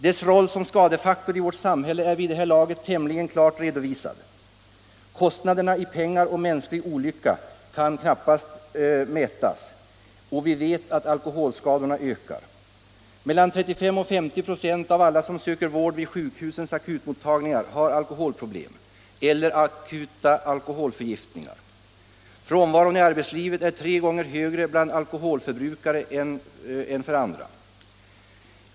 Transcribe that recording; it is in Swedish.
Dess roll som skadefaktor i vårt samhälle är vid det här laget tämligen klart redovisad. Kostnaderna i pengar och mänsklig olycka kan knappast mätas. Och vi vet att alkoholskadorna ökar. Mellan 35 och 50 ".» av alla som söker vård vid sjukhusens akutmottagningar har alkoholproblem eller akuta alkoholförgiftningar. Frånvaron i arbetslivet är tre gånger högre bland alkoholförbrukare än bland andra.